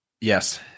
Yes